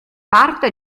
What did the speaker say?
parte